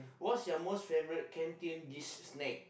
what's your most favourite canteen dish snack